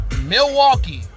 Milwaukee